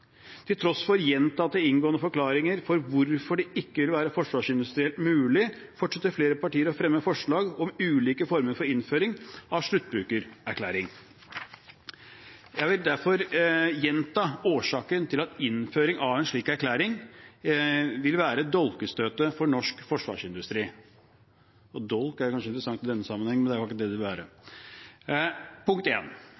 Til tross for gjentatte, inngående forklaringer på hvorfor det ikke vil være forsvarsindustrielt mulig, fortsetter flere partier å fremme forslag om ulike former for innføring av sluttbrukererklæring. Jeg vil derfor gjenta årsaken til at innføring av en slik erklæring vil være dolkestøtet for norsk forsvarsindustri. «Dolk» er kanskje et interessant ord i denne sammenhengen, men det bør det ikke